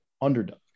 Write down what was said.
underdog